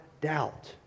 doubt